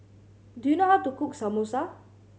do you know how to cook Samosa